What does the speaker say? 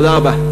תודה רבה.